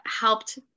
helped